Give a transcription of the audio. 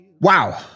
Wow